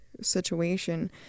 situation